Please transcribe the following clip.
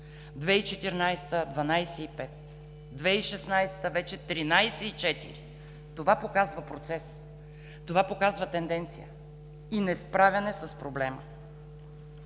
2014 г. – 12,5%; 2016 г. е вече 13,4%. Това показва процес, това показва тенденция и несправяне с проблема.